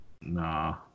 Nah